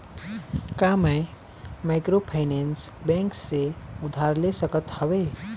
का मैं microfinance bank से उधार ले सकत हावे?